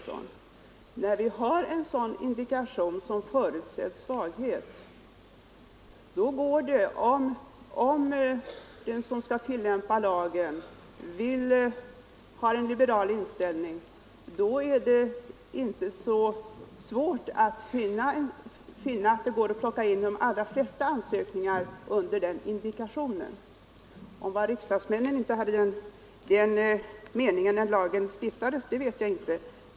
Men när man har en sådan indikation som ”förutsedd svaghet” kan den som har en liberal inställning vid tillämpandet av lagen plocka in de allra flesta ansökningar under den indikationen. Om det inte var riksdagsmännens avsikt när lagen stiftades vet inte jag.